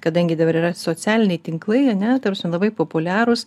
kadangi dabar yra socialiniai tinklai ane ta prasme labai populiarūs